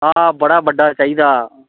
हां बड़ा बड्डा चाहिदा